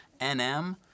NM